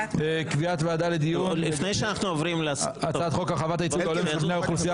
קביעת ועדה לדיון בחוק להרחבת הייצוג ההולם של בני האוכלוסייה